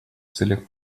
целях